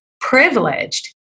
privileged